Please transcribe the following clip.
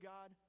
God